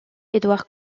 édouard